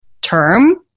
term